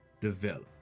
develop